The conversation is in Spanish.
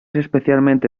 especialmente